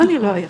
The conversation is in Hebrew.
אני לא היחידה.